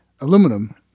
aluminum